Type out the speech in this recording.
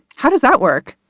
how does that work?